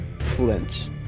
Flint